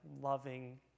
loving